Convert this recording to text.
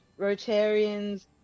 Rotarians